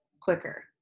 quicker